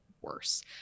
worse